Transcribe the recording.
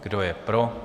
Kdo je pro?